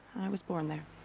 i was born there.